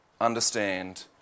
understand